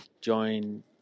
join